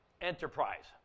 enterprise